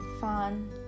fun